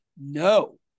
No